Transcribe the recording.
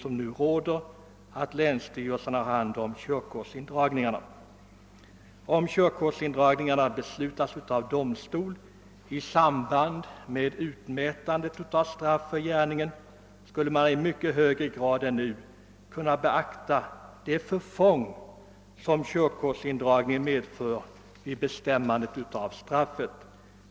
Om körkortsindragning beslutas av domstol i samband med utmätandet av straff för gärningen, skulle man i mycket högre grad än nu kunna beakta det förfång som körkortsindragningen medför.